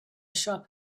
shop